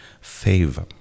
favor